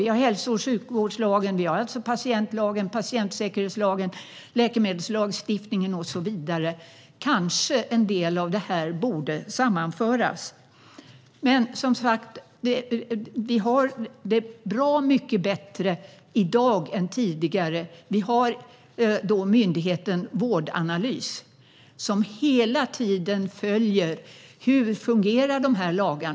Vi har hälso och sjukvårdslagen, patientlagen, patientsäkerhetslagen, läkemedelslagstiftningen och så vidare. Kanske en del av det här borde sammanföras. Men det är bra mycket bättre i dag än tidigare. Vi har myndigheten Vårdanalys, som hela tiden följer hur de här lagarna fungerar.